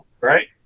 Right